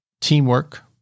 teamwork